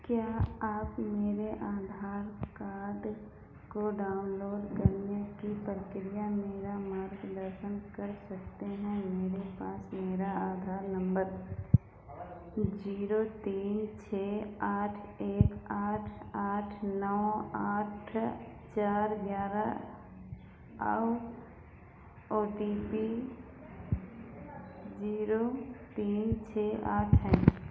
क्या आप मेरे आधार कार्ड को डाउनलोड करने की प्रक्रिया मेरा मार्गदर्शन कर सकते हैं मेरे पास मेरा आधार नम्बर जीरो तीन छः आठ एक आठ आठ नौ आठ चार ग्यारह और ओ टी पी जीरो तीन छः आठ है